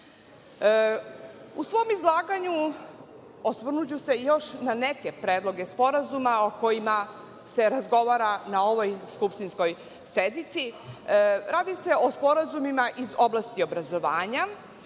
svom izlaganju osvrnuću se još na neke predloge sporazuma o kojima se razgovara na ovoj skupštinskoj sednici. Radi se o sporazumima iz oblasti obrazovanja. Pre